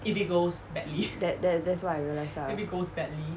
that that that's what I realise lah